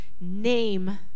name